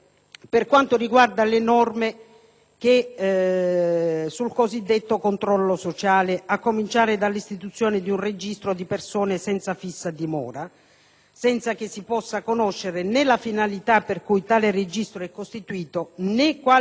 del cosiddetto controllo sociale, a cominciare dall'istituzione di un registro di persone senza fissa dimora, senza che si possa conoscere né la finalità per cui tale registro è costituito, né quale dovrebbe essere la sua funzione.